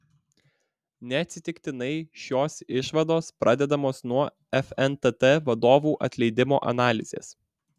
neatsitiktinai šios išvados pradedamos nuo fntt vadovų atleidimo analizės